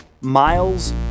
Miles